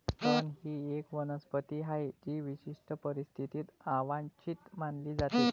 तण ही एक वनस्पती आहे जी विशिष्ट परिस्थितीत अवांछित मानली जाते